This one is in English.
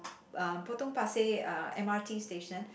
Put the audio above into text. uh Potong-Pasir uh M_R_T station